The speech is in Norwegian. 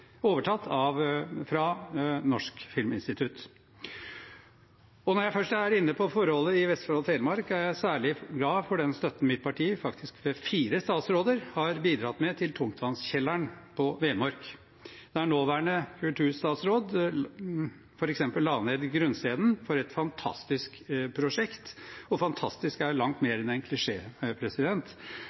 overtatt fra Norsk filminstitutt. Når jeg først er inne på forholdene i Vestfold og Telemark, er jeg særlig glad for den støtten mitt parti, faktisk ved fire statsråder, har bidratt med til Tungtvannskjelleren på Vemork, der nåværende kulturstatsråd f.eks. la ned grunnsteinen for et fantastisk prosjekt – og fantastisk er langt mer enn en